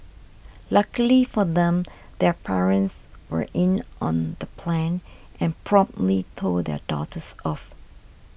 luckily for them their parents were in on the plan and promptly told their daughters off